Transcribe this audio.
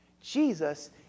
Jesus